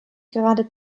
gerade